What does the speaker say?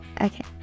Okay